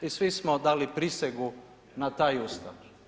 I svi smo dali prisegu na taj Ustav.